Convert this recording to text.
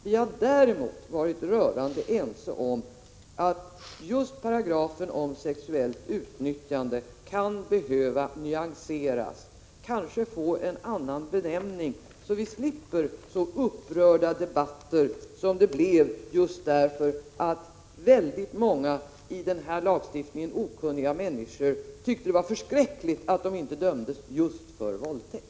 Vi har däremot varit rörande ense om att just paragrafen om sexuellt utnyttjande kan behöva nyanseras och kanske få en annan benämning så att vi slipper så upprörda debatter som det blev just därför att många människor som är okunniga beträffande denna lagstiftning tyckte att det var förskräckligt att dessa pojkar inte dömdes för våldtäkt.